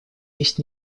есть